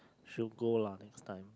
should go lah next time